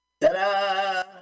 Ta-da